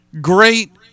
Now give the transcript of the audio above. Great